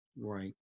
right